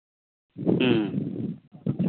ᱦᱮᱸ